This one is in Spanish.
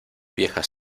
viejas